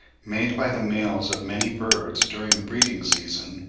made by the males of many birds during the breeding-season,